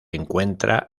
encuentra